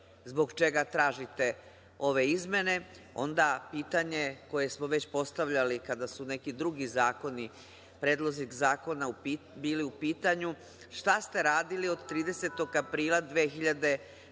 zbog čega tražite ove izmene, onda pitanje koje smo već postavljali kada su neki drugi predlozi zakona bili u pitanju – šta ste radili od 30. aprila 2016.